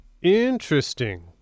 Interesting